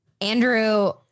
Andrew